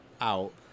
out